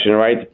right